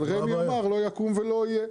אבל רמ"י אמר לא יקום ולא יהיה.